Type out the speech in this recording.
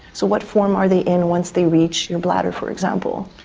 so what form are they in once they reach your bladder, for example.